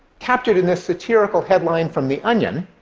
captured in this satirical headline from the onion,